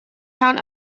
town